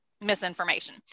misinformation